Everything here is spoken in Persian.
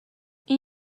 این